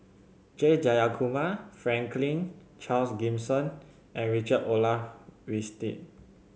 J Jayakumar Franklin Charles Gimson and Richard Olaf Winstedt